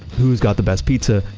who's got the best pizza?